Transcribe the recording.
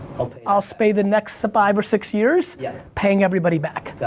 i'll spend the next so five or six years yeah paying everybody back.